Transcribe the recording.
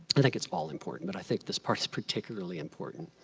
i think it's all important, but i think this part is particularly important.